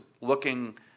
looking